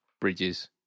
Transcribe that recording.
bridges